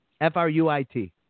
F-R-U-I-T